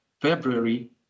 February